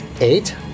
Eight